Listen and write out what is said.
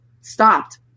stopped